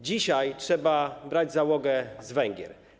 Dzisiaj trzeba brać załogę z Węgier.